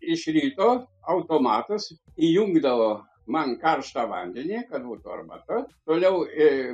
iš ryto automatas įjungdavo man karštą vandenį kad būtų arbata vėliau e